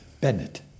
Bennett